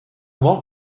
want